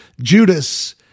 Judas